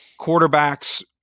quarterbacks